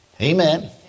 Amen